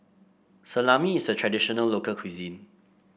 salami is a traditional local cuisine